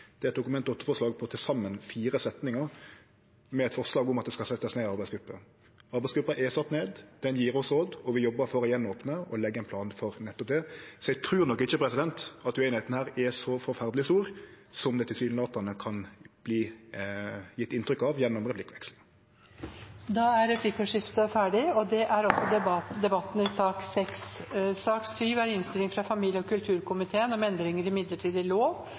Det er eit Dokument 8-forslag på til saman fire setningar, med eit forslag om at det skal setjast ned ei arbeidsgruppe. Arbeidsgruppa er sett ned, ho gjev oss råd, og vi jobbar for å opne igjen og legg ein plan for nettopp det. Eg trur nok ikkje at ueinigheita her er så forferdeleg stor som det tilsynelatande kan verte gjeve inntrykk av gjennom replikkvekslinga. Replikkordskiftet er omme. Flere har ikke bedt om ordet til sak nr. 6. Ingen har bedt om ordet. Det er ikke tvil om at kabotasje og ulovlig kabotasje er